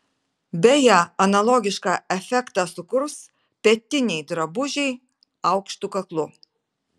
beje analogišką efektą sukurs petiniai drabužiai aukštu kaklu